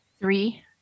Three